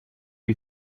you